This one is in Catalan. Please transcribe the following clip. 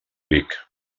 vic